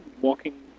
walking